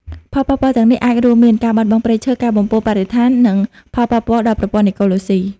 ផលប៉ះពាល់ទាំងនេះអាចរួមមាន ការបាត់បង់ព្រៃឈើ ការបំពុលបរិស្ថាន និងផលប៉ះពាល់ដល់ប្រព័ន្ធអេកូឡូស៊ី។